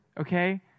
okay